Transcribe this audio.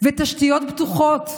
ותשתיות מפותחות,